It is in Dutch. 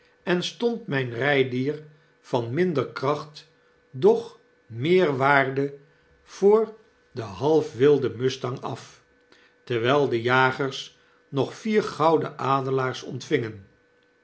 koopen stond myn rydier van minder kracht doch meer waarde voor den half wilden mustang af terwyl de jagers nog vier gouden adelaars ontvingen